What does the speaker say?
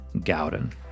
Gowden